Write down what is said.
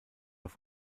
auf